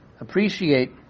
appreciate